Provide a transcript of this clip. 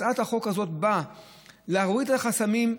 הצעת החוק הזאת באה להוריד את החסמים,